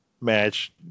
match